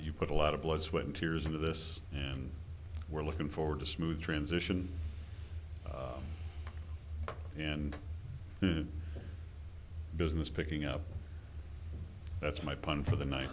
you put a lot of blood sweat and tears into this and we're looking forward to smooth transition and business picking up that's my plan for the night